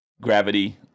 gravity